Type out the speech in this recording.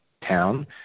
town